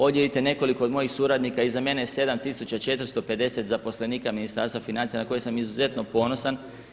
Ovdje vidite nekoliko od mojih suradnika, iza mene je 7450 zaposlenika Ministarstva financija na koje sam izuzetno ponosan.